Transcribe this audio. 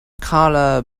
colour